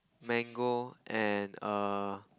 mango and err